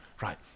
Right